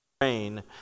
rain